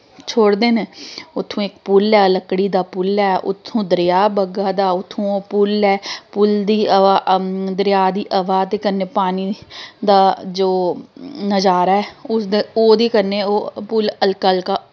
छोड़दे न उत्थूं इक पुल ऐ लकड़ी दा पुल ऐ उत्थूं दरिया बगा दा उत्थूं ओह् पुल ऐ पुल दी हवा दरिया हवा ते कन्नै पानी दा जो नजारा ऐ उसदे ओह्दे कन्नै ओह् पुल हल्का हल्का